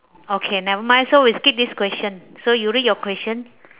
okay never mind so we skip this question so you read your question